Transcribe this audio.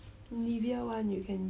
what Nivea